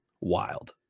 wild